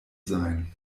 sein